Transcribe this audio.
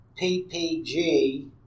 PPG